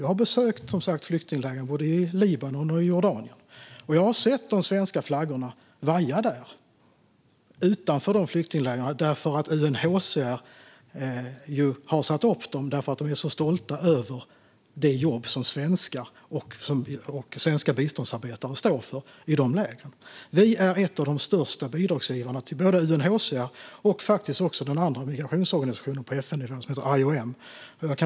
Jag har som sagt besökt flyktingläger i både Libanon och Jordanien, och där vajar svenska flaggor eftersom UNHCR är så stolt över det jobb svenska biståndsarbetare gör. Sverige är en av de största bidragsgivarna till UNHCR och till FN:s andra migrationsorganisation, IOM.